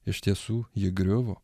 iš tiesų ji griuvo